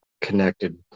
connected